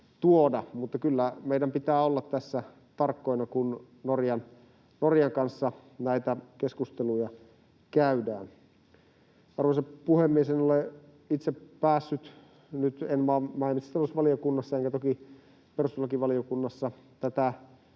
mutta kyllä meidän pitää olla tässä tarkkoina, kun Norjan kanssa näitä keskusteluja käydään. Arvoisa puhemies! En ole itse päässyt nyt — en maa- ja metsätalousvaliokunnassa enkä toki perustuslakivaliokunnassa — tätä